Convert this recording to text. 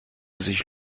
sich